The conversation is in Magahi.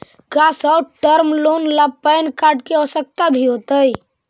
का शॉर्ट टर्म लोन ला पैन कार्ड की आवश्यकता भी होतइ